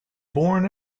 born